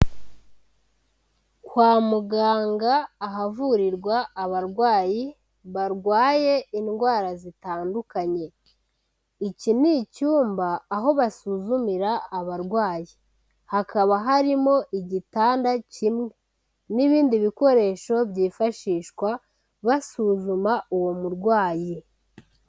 Kwa muganga ahavurirwa abarwayi barwaye indwara zitandukanye, iki ni icyumba aho basuzumira abarwayi. Hakaba harimo igitanda kimwe n'ibindi bikoresho byifashishwa basuzuma uwo murwayi.